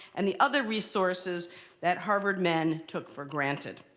and the other resources that harvard men took for granted.